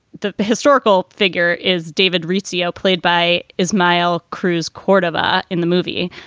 the historical figure is david riccio, played by ismael cruz cordova in the movie.